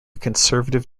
conservative